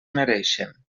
mereixen